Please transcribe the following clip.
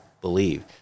believe